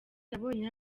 nabonye